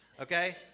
Okay